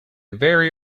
very